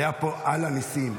היה פה "על הניסים",